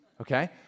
Okay